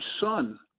son